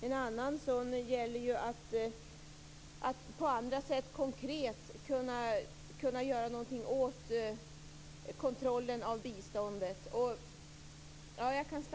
En annan sak är att konkret kunna göra något åt kontrollen av biståndet.